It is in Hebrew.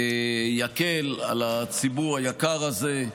יקל על הציבור היקר הזה,